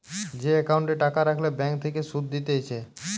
যে একাউন্টে টাকা রাখলে ব্যাঙ্ক থেকে সুধ দিতেছে